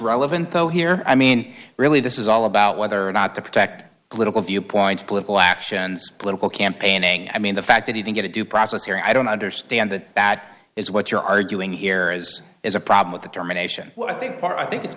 relevant though here i mean really this is all about whether or not to protect political viewpoints political actions political campaigning i mean the fact that he didn't get a due process here i don't understand that that is what you're arguing here is is a problem with the termination well i think part i think it's